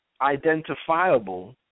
identifiable